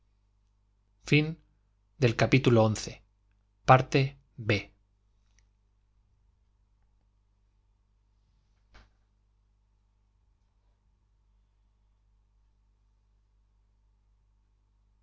fin del cual